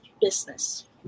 business